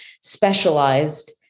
specialized